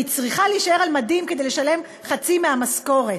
אני צריכה להישאר על מדים כדי לא לשלם חצי מהמשכורת.